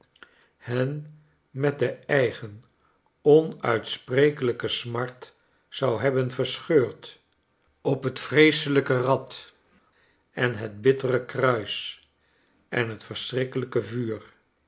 hen met de eigen onuitsprekelijke smart zou hebben verscheurd op het vreeselijke rad en het bittere kruis en in het verschrikkelijke vuur